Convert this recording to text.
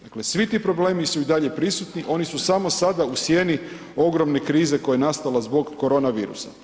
Dakle, svi ti problemi su i dalje prisutni, oni su samo sada u sjeni ogromne krize koja je nastala zbog koronavirusa.